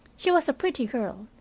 she was a pretty girl,